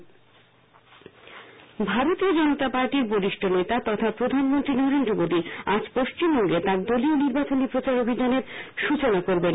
নির্বাচন প্রচার ভারতীয় জনতা পার্টির বরিষ্ঠ নেতা তখা প্রধানমন্ত্রী নরেন্দ্র মোদী আজ পশ্চিমবঙ্গে তার দলীয় নির্বাচনী প্রচার অভিযানের সচনা করবেন